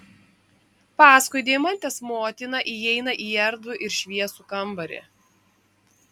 paskui deimantės motiną įeina į erdvų ir šviesų kambarį